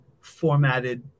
formatted